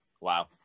wow